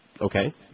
Okay